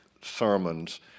sermons